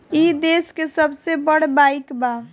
ई देस के सबसे बड़ बईक बा